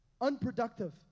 unproductive